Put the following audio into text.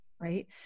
right